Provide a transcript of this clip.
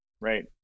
Right